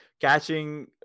catching